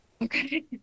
Okay